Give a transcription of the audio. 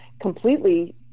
completely